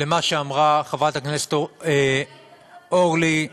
למה שאמרה חברת הכנסת, 40 דקות נכנסת לעומק.